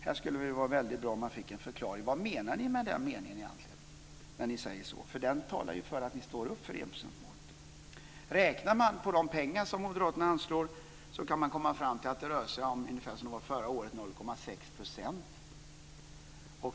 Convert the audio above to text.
Det skulle vara väldigt bra om man kunde få en förklaring. Vad menar ni med den meningen egentligen? Den talar ju för att ni står upp för enprocentsmålet? Om man räknar på de pengar som moderaterna anslår kan man komma fram till att det rör sig om, ungefär som det var förra året, 0,6 %.